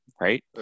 right